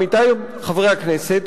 עמיתי חברי הכנסת,